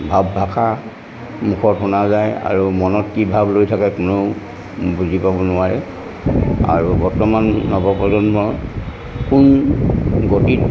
ভাৱ ভাষা মুখত শুনা যায় আৰু মনত কি ভাৱ লৈ থাকে কোনেও বুজি পাব নোৱাৰে আৰু বৰ্তমান নৱপ্ৰজন্মৰ কোন গতিত